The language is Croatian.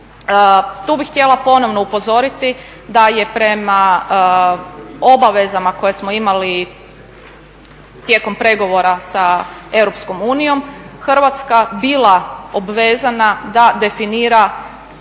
Tu bih htjela ponovno upozoriti da je prema obavezama koje smo imali tijekom pregovora sa EU Hrvatska bila obvezana da definira